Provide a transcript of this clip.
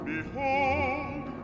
Behold